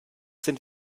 sind